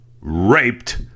raped